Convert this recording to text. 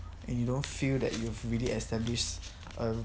and you don't feel that you've really established a